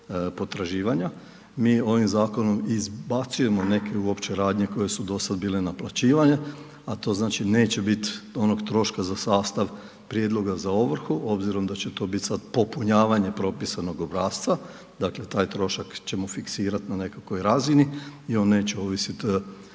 Mi ovim zakonom izbacujemo neke uopće radnje koje su do sada bile naplaćivane, a to znači neće biti onog troška za sastav prijedloga za ovrhu, obzirom da će to biti sada popunjavanje propisanog obrasca, dakle taj trošak ćemo fiksirati na nekakvoj razini i on neće ovisiti